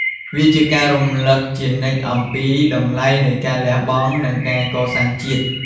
វាជាការរំលឹកជានិច្ចអំពីតម្លៃនៃការលះបង់ និងការកសាងជាតិ។